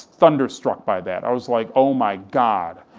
thunderstruck by that, i was like, oh my god,